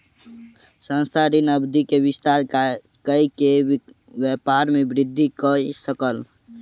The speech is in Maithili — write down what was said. संस्थान, ऋण अवधि के विस्तार कय के व्यापार में वृद्धि कय सकल